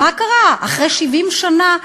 מה קרה, אחרי 70 שנה?